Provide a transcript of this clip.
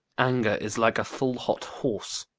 anger is like a full hot horse,